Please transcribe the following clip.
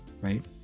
Right